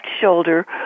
shoulder